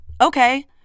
Okay